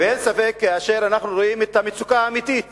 אין ספק, כאשר אנחנו רואים את המצוקה האמיתית